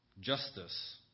Justice